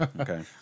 okay